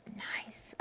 nice,